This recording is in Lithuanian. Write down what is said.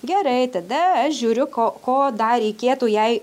gerai tada aš žiūriu ko ko dar reikėtų jai